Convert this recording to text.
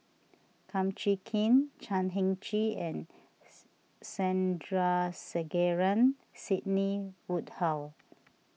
Kum Chee Kin Chan Heng Chee and Sandrasegaran Sidney Woodhull